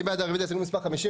מי בעד רביזיה להסתייגות מספר 69?